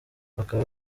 bakaba